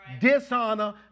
Dishonor